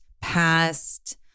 past